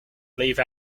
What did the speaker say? leave